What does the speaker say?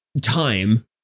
time